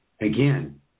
again